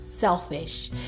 Selfish